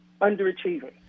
Underachieving